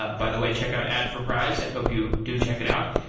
ah by the way, check out adforprize. i hope you do check it out.